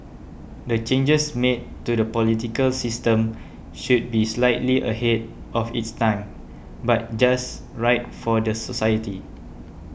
the changes made to the political system should be slightly ahead of its time but just right for the society